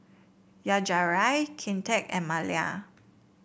Yajaira Kinte and Malia